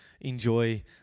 enjoy